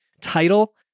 title